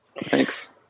Thanks